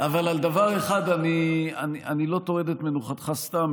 אבל על דבר אחד אני לא טורד את מנוחתך סתם,